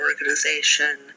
organization